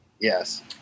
yes